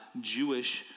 Jewish